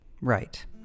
Right